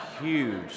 huge